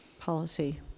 policy